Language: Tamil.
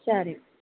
சரி